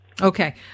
Okay